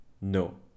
No